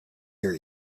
your